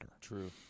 True